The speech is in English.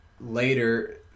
later